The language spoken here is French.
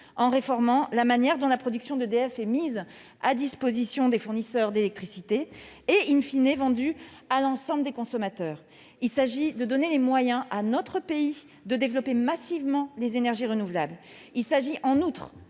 en réformant la manière dont la production d'EDF est mise à disposition des fournisseurs d'électricité et,, est vendue à l'ensemble des consommateurs. Il s'agit de donner les moyens à notre pays de développer massivement les énergies renouvelables. Il s'agit, en outre,